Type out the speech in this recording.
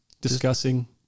discussing